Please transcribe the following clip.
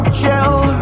chill